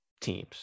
teams